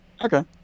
Okay